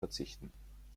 verzichten